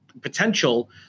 potential